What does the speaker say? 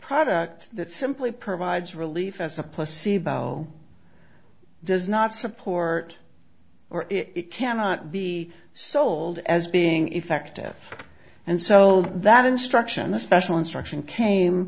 product that simply provides relief as a placebo does not support or it cannot be sold as being effective and so that instruction a special instruction came